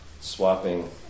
swapping